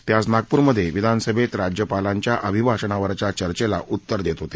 ते आज नागपूरमध्ये विधानसभेत राज्यपालांच्या अभिभाषणावरच्या चर्चेला उत्तर देत होते